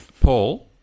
Paul